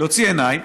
להוציא עיניים,